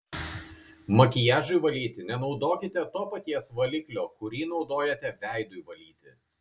makiažui valyti nenaudokite to paties valiklio kurį naudojate veidui valyti